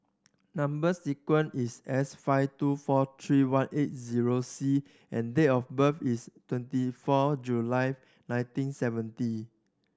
number sequence is S five two four three one eight zero C and date of birth is twenty four July nineteen seventy